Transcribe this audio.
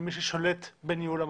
על מי ששולט בניהול המועצה.